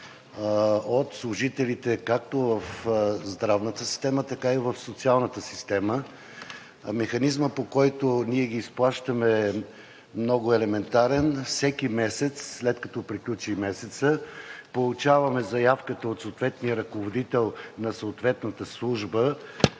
от служителите както в здравната система, така и в социалната система. Механизмът, по който ние ги изплащаме, е много елементарен. Всеки месец, след като приключи месецът, получаваме заявката от съответния ръководител на дадена служба